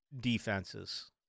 defenses